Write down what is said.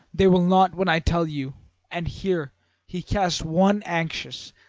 they will not when i tell you and here he cast one anxious,